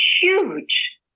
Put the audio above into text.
huge